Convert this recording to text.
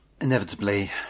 inevitably